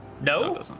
no